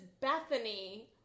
Bethany